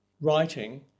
writing